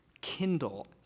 kindle